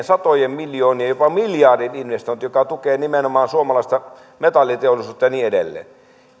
satojen miljoonien jopa miljardien investointi joka tukee nimenomaan suomalaista metalliteollisuutta ja niin edelleen